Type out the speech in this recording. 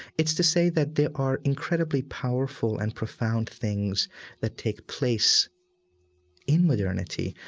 it's to say that there are incredibly powerful and profound things that take place in modernity,